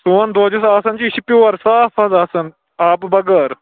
سون دۄد یُس آسان چھِ یہِ چھِ پیُور صاف حظ آسان آبہٕ بَغٲر